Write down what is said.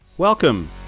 Welcome